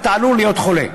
אתה עלול להיות חולה.